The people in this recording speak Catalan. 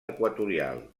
equatorial